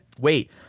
Wait